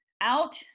out